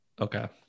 okay